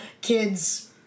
kids